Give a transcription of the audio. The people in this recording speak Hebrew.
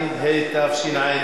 אדוני היושב-ראש,